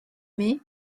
mai